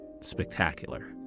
spectacular